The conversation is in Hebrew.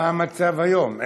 מה המצב היום?